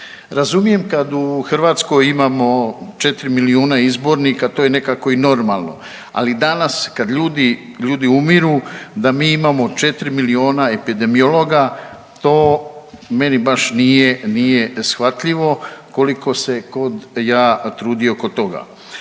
Razumijem kad u Hrvatskoj imamo 4 milijuna izbornika to je nekako i normalno, ali danas kad ljudi, ljudi umiru da mi imamo 4 miliona epidemiologa to meni baš nije, nije shvatljivo koliko se god ja trudio oko toga.